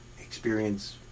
experience